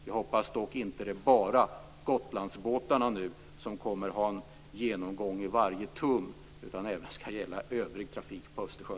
Jag hoppas dock att det inte bara är Gotlandsbåtarna som nu kommer att ha en genomgång i varje tum utan att det också skall gälla övrig trafik på Östersjön.